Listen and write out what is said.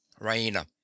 RAINA